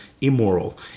immoral